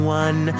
one